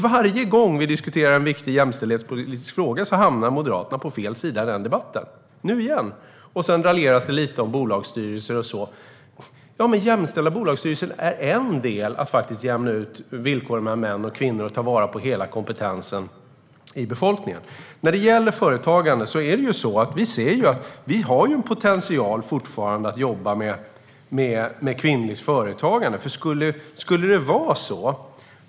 Varje gång vi diskuterar en viktig jämställdhetspolitisk fråga hamnar Moderaterna på fel sida i debatten, och så även nu. Det raljeras även lite om bland annat bolagsstyrelser. Jämställda bolagsstyrelser är dock en del i hur man jämnar ut villkoren mellan män och kvinnor för att ta vara på befolkningens hela kompetens. När det gäller företagande ser vi att vi fortfarande har potential att jobba med kvinnligt företagande.